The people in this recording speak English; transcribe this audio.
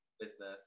business